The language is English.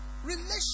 Relationship